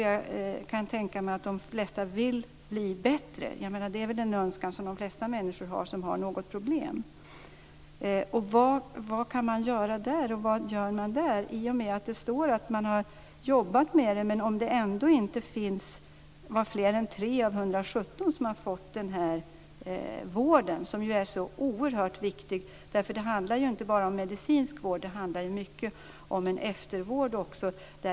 Jag kan tänka mig att de flesta vill bli bättre. Det är väl en önskan som de flesta människor har som har något problem. Vad kan man göra där? Vad gör man? Det står att man har jobbat med frågan, men det var ändå inte fler än 3 av 117 som hade fått denna vård, som är så oerhört viktig. Det handlar inte bara om medicinsk vård. Det handlar också mycket om en eftervård.